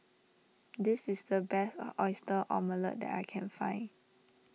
this is the best Oyster Omelette that I can find